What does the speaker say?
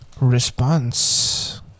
response